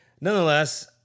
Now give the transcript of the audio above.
nonetheless